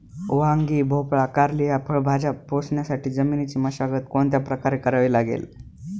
वांगी, भोपळा, कारली या फळभाज्या पोसण्यासाठी जमिनीची मशागत कोणत्या प्रकारे करावी लागेल?